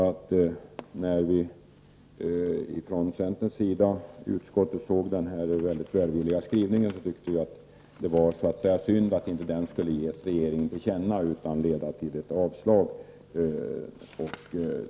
När vi centerledamöter i utskottet såg den här mycket välvilliga skrivningen, tyckte vi att det var synd att den inte skulle ges regeringen till känna utan leda till ett avslag.